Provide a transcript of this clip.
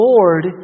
Lord